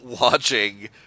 watching